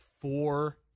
four